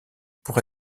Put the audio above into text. pour